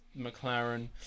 McLaren